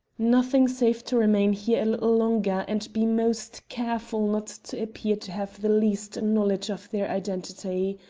nothing save to remain here a little longer and be most careful not to appear to have the least knowledge of their identity.